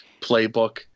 playbook